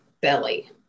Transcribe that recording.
belly